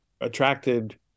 attracted